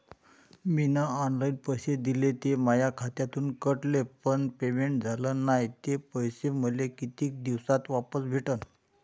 मीन online पैसे दिले, ते माया खात्यातून कटले, पण पेमेंट झाल नायं, ते पैसे मले कितीक दिवसात वापस भेटन?